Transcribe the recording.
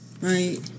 Right